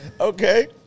Okay